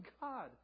God